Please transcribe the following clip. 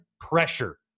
pressure